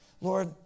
Lord